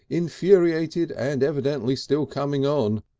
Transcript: infuriated and evidently still coming on,